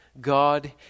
God